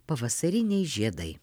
pavasariniai žiedai